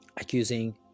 accusing